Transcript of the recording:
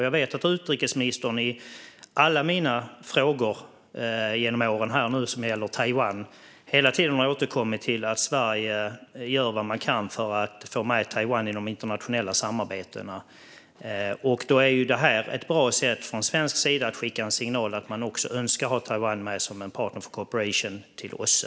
Jag vet att utrikesministern i samband med alla mina frågor som gällt Taiwan genom åren hela tiden har återkommit till att Sverige gör vad man kan för att få med Taiwan i de internationella samarbetena. Då är ju detta ett bra sätt att från svensk sida skicka en signal om att man också önskar ha Taiwan med som en partner for cooperation till OSSE.